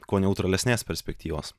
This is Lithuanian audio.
kuo neutralesnės perspektyvos